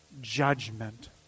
judgment